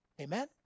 Amen